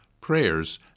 prayers